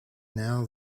now